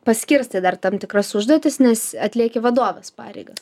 paskirstai dar tam tikras užduotis nes atlieki vadovės pareigas